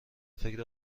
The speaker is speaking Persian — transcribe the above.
فکر